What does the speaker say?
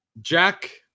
Jack